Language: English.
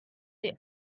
they